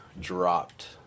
dropped